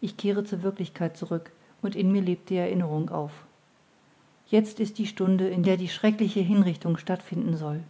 ich kehre zur wirklichkeit zurück und in mir lebt die erinnerung auf jetzt ist die stunde in der die schreckliche hinrichtung stattfinden soll